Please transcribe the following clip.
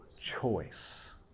choice